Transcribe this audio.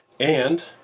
and,